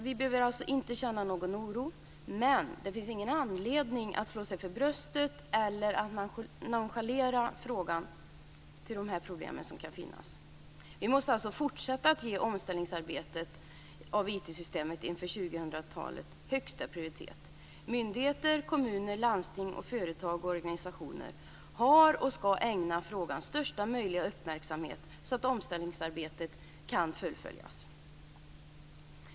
Vi behöver alltså inte känna någon oro, men det finns inte heller någon anledning att slå sig för bröstet eller att nonchalera de problem som kan finnas. Vi måste alltså fortsätta att ge arbetet med omställning av IT-systemen inför 2000-talet högsta prioritet. Myndigheter, kommuner, landsting, företag och organisationer har ägnat och ska ägna frågan största möjliga uppmärksamhet, så att omställningsarbetet kan fullföljas.